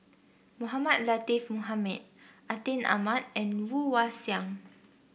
Mohamed Latiff Mohamed Atin Amat and Woon Wah Siang